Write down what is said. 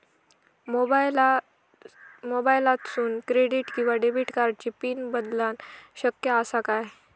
मोबाईलातसून क्रेडिट किवा डेबिट कार्डची पिन बदलना शक्य आसा काय?